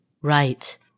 Right